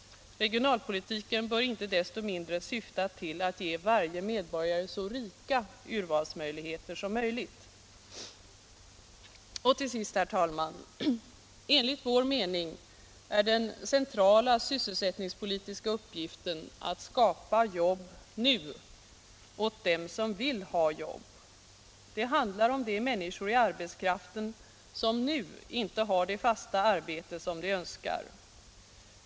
Regionalpolitiken bör inte desto mindre syfta till att ge varje medborgare så rika urvalsmöjligheter som möjligt. Och till sist, herr talman! Enligt vår mening är den centrala sysselsättningspolitiska uppgiften att skapa jobb nu åt dem som vill ha jobb. Det handlar om de människor i arbetskraften som nu inte har det fasta arbete som de önskar.